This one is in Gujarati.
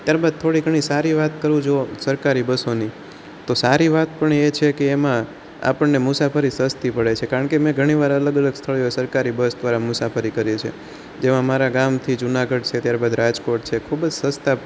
ત્યારબાદ થોડી ઘણી સારી વાત કરું જો સરકારી બસોની તો સારી વાત પણ એ છે કે એમાં આપણને મુસાફરી સસ્તી પડે છે કારણ કે મેં ઘણીવાર અલગ અલગ સ્થળે સરકારી બસ દ્વારા મુસાફરી કરી છે તે અમારા ગામ થી જુનાગઢ છે ત્યારબાદ રાજકોટ છે ખૂબ જ સસ્તા